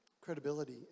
credibility